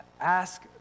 ask